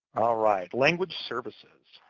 right. language services.